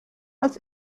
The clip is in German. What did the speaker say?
als